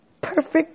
perfect